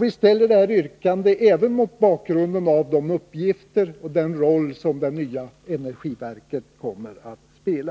Vi ställer detta yrkande även mot bakgrund av de uppgifter som det nya energiverket kommer att få.